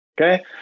Okay